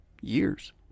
Years